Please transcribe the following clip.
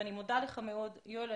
אני מודה לך מאוד, יואל.